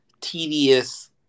tedious